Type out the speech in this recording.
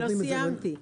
לא סיימתי.